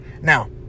Now